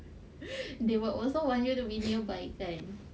they will also want you to be nearby